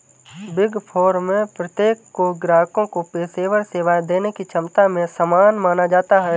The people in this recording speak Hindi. बिग फोर में प्रत्येक को ग्राहकों को पेशेवर सेवाएं देने की क्षमता में समान माना जाता है